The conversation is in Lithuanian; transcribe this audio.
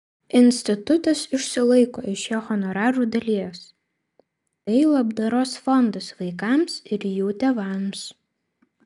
institutas išsilaiko iš jo honorarų dalies tai labdaros fondas vaikams ir jų tėvams